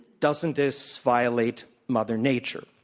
doesn't this violate mother nature?